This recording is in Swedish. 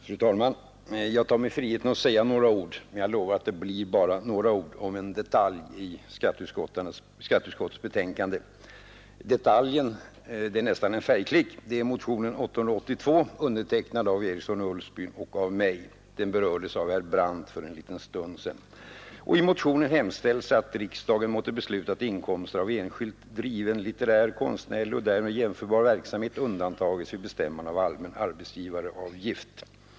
Fru talman! Jag tar mig friheten att säga några ord, men jag lovar att det blir bara några ord om en detalj i skatteutskottets betänkande. Detaljen — det är nästan en färgklick — är motionen 882, undertecknad av herr Eriksson i Ulfsbyn och mig. Den berördes av herr Brandt för en liten stund sedan.